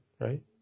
right